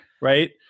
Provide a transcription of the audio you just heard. right